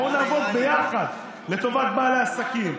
בואו נעבוד ביחד לטובת בעלי עסקים.